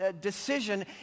decision